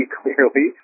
clearly